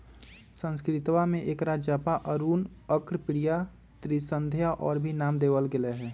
संस्कृतवा में एकरा जपा, अरुण, अर्कप्रिया, त्रिसंध्या और भी नाम देवल गैले है